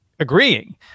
Agreeing